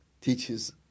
teaches